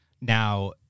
now